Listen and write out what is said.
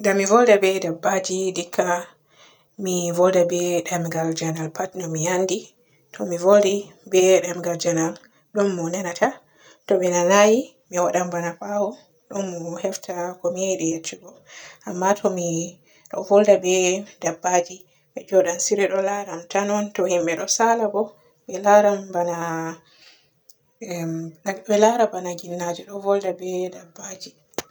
Da mi volda be dabbaji dikka mi volda be demgal janan pat de mi anndi. To mi voli be demgal janan ɗon mo nanata to be nanay mi wadan bana ɓaawo ɗon mo hefta ko mi yiɗi yeccugo, amma to mi ɗo volda be dabbaji be njoodan siru e laara am tan on to himɓe ɗo saala bo be laaran bana emm-be laara bana ginnaji ɗo volda be dabbaji.